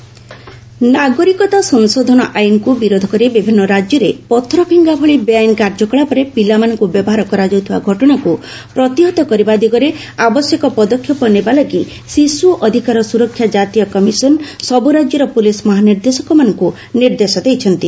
protest children ନାଗରିକତା ସଂଶୋଧନ ଆଇନକୁ ବିରୋଧ କରି ବିଭିନ୍ନ ରାଜ୍ୟରେ ପଥର ଫିଙ୍ଗା ଭଳି ବେଆଇନ କାର୍ଯ୍ୟକଳାପରେ ପିଲାମାନଙ୍କୁ ବ୍ୟବହାର କରାଯାଉଥିବା ଘଟଣାକୁ ପ୍ରତିହତ କରିବା ଦିଗରେ ଆବଶ୍ୟକ ପଦକ୍ଷେପ ନେବା ଲାଗି ଶିଶୁ ଅଧିକାର ସୁରକ୍ଷା ଜାତୀୟ କମିଶନ ସବୁରାଜ୍ୟର ପୁଲିସ୍ ମହାନିର୍ଦ୍ଦେଶକମାନଙ୍କୁ ନିର୍ଦ୍ଦେଶ ଦେଇଛନ୍ତି